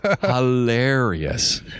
hilarious